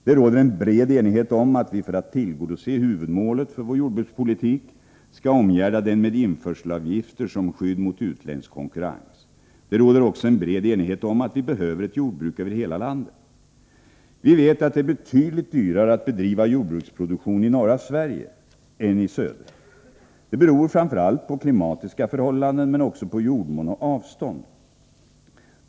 Det råder en bred enighet om att vi för att tillgodose huvudmålet för vår jordbrukspolitik skall omgärda den med införselavgifter som skydd mot utländsk konkurrens. Det råder också en bred enighet om att vi behöver ett jordbruk över hela landet. Vi vet att det är betydligt dyrare att bedriva jordbruksproduktion i norra Sverige än i södra. Det beror framför allt på klimatiska förhållanden men också på jordmån och avstånd.